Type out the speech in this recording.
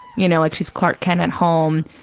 you know, like she's clark kent at home,